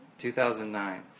2009